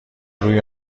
روی